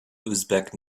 uzbek